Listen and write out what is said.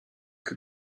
que